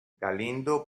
galindo